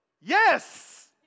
Yes